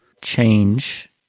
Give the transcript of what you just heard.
change